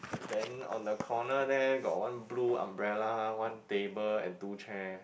then on the corner there got one blue umbrella one table and two chair